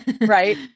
right